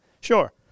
Sure